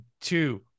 two